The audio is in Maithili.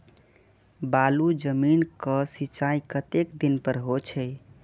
बालू जमीन क सीचाई कतेक दिन पर हो छे?